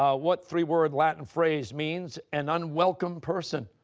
um what three-word latin phrase means an unwelcome person?